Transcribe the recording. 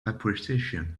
appreciation